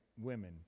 women